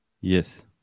Yes